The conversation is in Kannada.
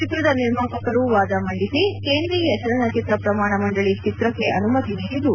ಚಿತ್ರದ ನಿರ್ಮಾಪಕರು ವಾದ ಮಂಡಿಸಿ ಕೇಂದ್ರೀಯ ಚಲನಚಿತ್ರ ಪ್ರಮಾಣ ಮಂಡಳಿ ಚಿತ್ರಕ್ಕೆ ಅನುಮತಿ ನೀಡಿದ್ದು